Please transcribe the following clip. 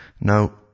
Now